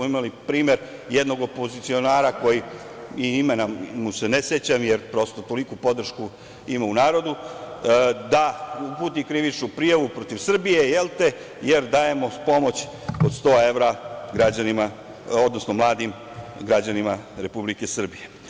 Imali smo primer jednog opozicionara, i imena mu se ne sećam, jer prosto, toliku podršku ima u narodu, da uputi krivičnu prijavu protiv Srbije jer dajemo pomoć od 100 evra mladim građanima Republike Srbije.